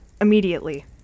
Immediately